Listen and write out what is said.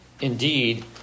Indeed